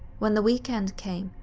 when the weekend came,